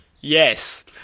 yes